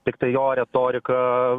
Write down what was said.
tiktai jo retorika